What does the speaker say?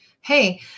Hey